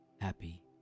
happy